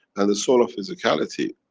and the soul of physicality,